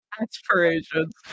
Aspirations